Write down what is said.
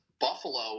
Buffalo